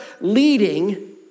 leading